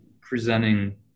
presenting